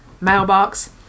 Mailbox